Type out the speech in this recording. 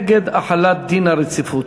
הוא נגד החלת דין הרציפות.